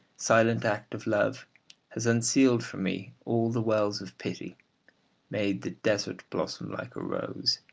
silent act of love has unsealed for me all the wells of pity made the desert blossom like a rose,